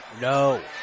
No